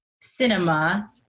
Cinema